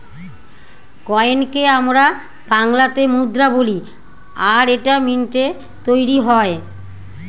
কয়েনকে আমরা বাংলাতে মুদ্রা বলি আর এটা মিন্টৈ তৈরী হয়